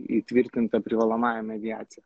įtvirtinta privalomąja mediacija